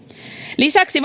lisäksi